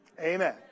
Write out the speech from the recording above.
Amen